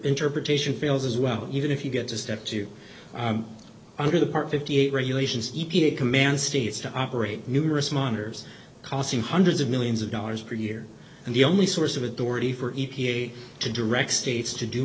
interpretation fails as well even if you get to step two under the part fifty eight regulations e p a commands states to operate numerous monitors costing hundreds of millions of dollars per year and the only source of authority for e p a to direct states to do